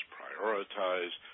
prioritize